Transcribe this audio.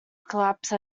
collapse